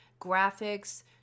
graphics